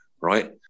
right